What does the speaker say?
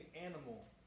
animal